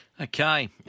Okay